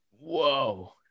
whoa